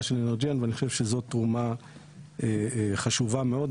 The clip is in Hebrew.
של אנרג'יאן ואני חושב שזאת תרומה חשובה מאוד.